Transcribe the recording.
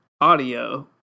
audio